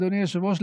אדוני היושב-ראש,